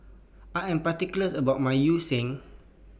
I Am particular about My Yu Sheng